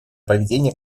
поведение